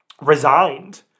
resigned